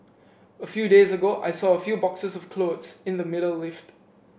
a few days ago I saw a few boxes of clothes in the middle lift